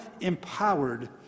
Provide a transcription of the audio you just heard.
empowered